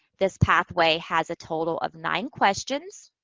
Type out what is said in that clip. this pathway has a total of nine questions